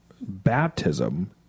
baptism